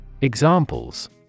Examples